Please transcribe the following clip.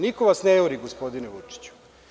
Niko vas ne juri, gospodine Vučiću.